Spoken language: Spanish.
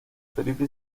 felipe